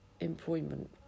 employment